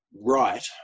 right